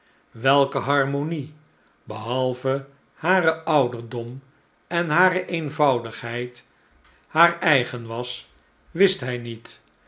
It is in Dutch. welke harmonie behalve haar ouderdom en hare eenvoudigheid haar eigen was wist hij niet